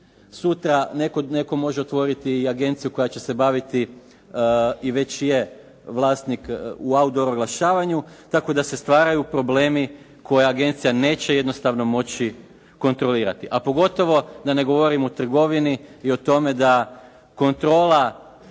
Sutra netko može otvoriti i agenciju koja će se baviti i veći je vlasnik u … /Govornik se ne razumije./ … oglašavanju, tako da se stvaraju problemi koje agencija neće jednostavno moći kontrolirati. A pogotovo da ne govorimo o trgovini i o tome da kontrola